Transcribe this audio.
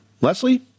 Leslie